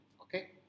okay